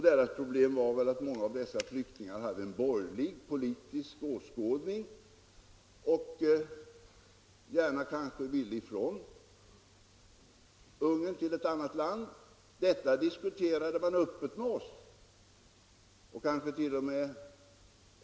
Deras problem var att många av flyktingarna hade en borgerlig politisk åskådning och kanske gärna ville komma bort från Ungern till ett annat land. Om detta diskuterade man öppet med oss, och man tt.o.m.